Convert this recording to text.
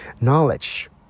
knowledge